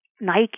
Nike